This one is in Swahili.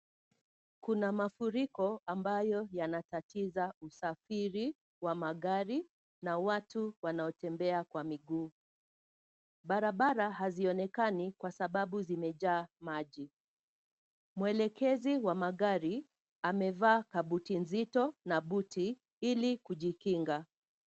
Kuna mafuriko ambayo yanatatiza usafiri wa magari na watu wanaotembea kwa miguu. Barabara hazionekani kwa sababu zimejaa maji. Mwelekezi wa magari amevaa kabuti nzito na buti ili kujikinga.